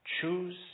Choose